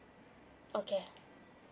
okay